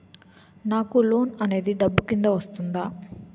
నాకు లోన్ అనేది డబ్బు కిందా వస్తుందా?